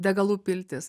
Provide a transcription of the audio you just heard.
degalų piltis